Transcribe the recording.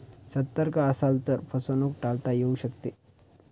सतर्क असाल तर फसवणूक टाळता येऊ शकते